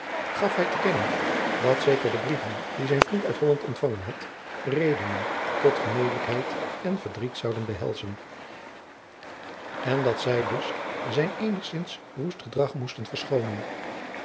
gaf bij te kennen dat zeker de brieven die zijn vriend uit holland ontvangen had redenen tot gemelijkheid en verdriet zouden behelzen en dat zij dus zijn eenigzins woest gedrag moesten verschoonen